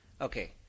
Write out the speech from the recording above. Okay